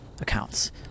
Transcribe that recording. accounts